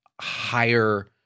higher